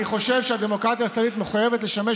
אני חושב שהדמוקרטיה הישראלית מחויבת לשמש